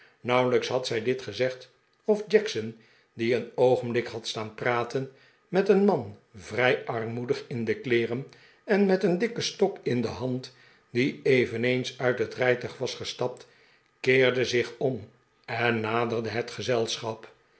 nauwelijks had zij dit gezegd of jackson die een oogenblik had staan praten met een man vrij armoedig in de kleeren en met een dikken stok in de hand die eveneens uit het rijtuig was gestapt keerde zich om en naderde het gezelschap